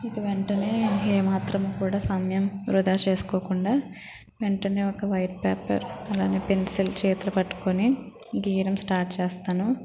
ఇక వెంటనే ఏమాత్రం కూడా సమయం వృధా చేసుకోకుండా వెంటనే ఒక వైట్ పేపర్ అలానే పెన్సిల్ చేతులో పట్టుకుని గీయడం స్టార్ట్ చేస్తాను